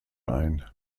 ein